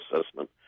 assessment